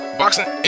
boxing